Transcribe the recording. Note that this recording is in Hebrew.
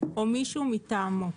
או מישהו מטעמו,